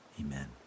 Amen